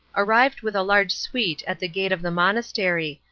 arrived with a large suite at the gate of the monastery,